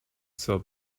zur